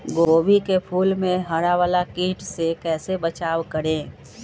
गोभी के फूल मे हरा वाला कीट से कैसे बचाब करें?